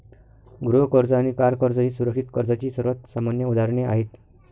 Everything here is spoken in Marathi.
गृह कर्ज आणि कार कर्ज ही सुरक्षित कर्जाची सर्वात सामान्य उदाहरणे आहेत